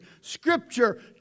scripture